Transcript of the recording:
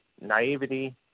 naivety